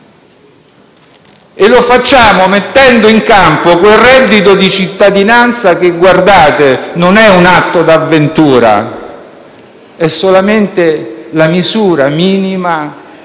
Lo facciamo mettendo in campo quel reddito di cittadinanza che non è un atto d'avventura, ma è solamente la misura minima